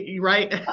right